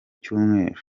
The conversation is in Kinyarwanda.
cyumweru